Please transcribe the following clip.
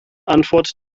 antwort